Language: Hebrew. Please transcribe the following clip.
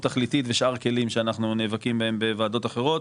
תכליתית ושאר כלים שאנחנו נאבקים בהם בוועדות אחרות.